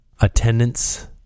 attendance